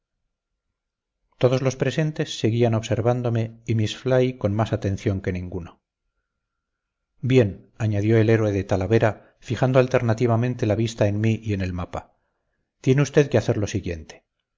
todos los presentes seguían observándome y miss fly con más atención que ninguno bien añadió el héroe de talavera fijando alternativamente la vista en mí y en el mapa tiene usted que hacer lo siguiente